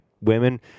women